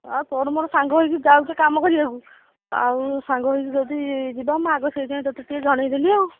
ଆଉ ତୋର ମୋର ସାଙ୍ଗ ହେଇକି ଯାଉଛେ କାମ କରିବାକୁ ଆଉ ସାଙ୍ଗ ହେଇକି ଯଦି ଯିବା ମୁଁ ଆଗ ସେଇଥିପାଇଁ ତୋତେ ଟିକିଏ ଜଣେଇଦେଲି ଆଉ